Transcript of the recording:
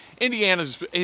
Indiana's